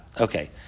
Okay